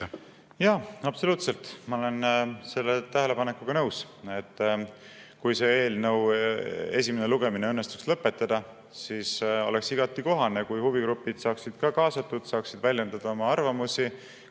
Jaa, absoluutselt! Ma olen selle tähelepanekuga nõus. Kui eelnõu esimene lugemine õnnestuks lõpetada, siis oleks igati kohane, kui huvigrupid saaksid ka kaasatud, saaksid väljendada oma arvamusi